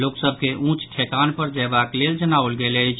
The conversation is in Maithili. लोक सभ के ऊंच ठेकान पर जयबाक लेल जनाओल गेल अछि